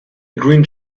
green